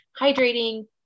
hydrating